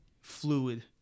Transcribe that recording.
fluid